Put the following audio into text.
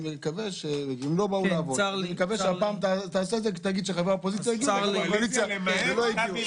אני מקווה שהפעם תגיד שחברי האופוזיציה הגיעו ואנשי הקואליציה לא הגיעו.